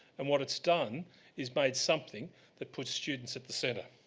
and what it's done is made something that puts students at the centre.